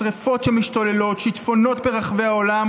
שרפות משתוללות ושיטפונות ברחבי העולם